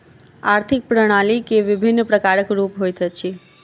आर्थिक प्रणाली के विभिन्न प्रकारक रूप होइत अछि